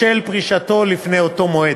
בשל פרישתו לפני אותו מועד.